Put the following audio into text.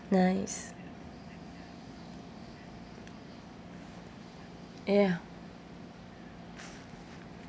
nice ya